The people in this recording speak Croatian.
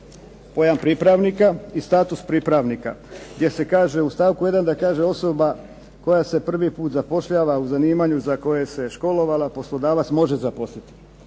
pojam pripravnika i status pripravnika. Gdje se kaže u stavku 1. da kaže osoba koja se prvi put zapošljava u zanimanju za koje se je školovala poslodavac može zaposliti.